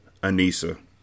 Anissa